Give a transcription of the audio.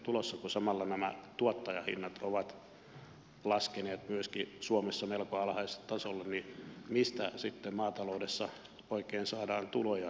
kun samalla nämä tuottajahinnat ovat laskeneet myöskin melko alhaiselle tasolle niin mistä sitten maataloudessa oikein saadaan tuloja